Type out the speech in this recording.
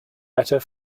better